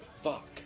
fuck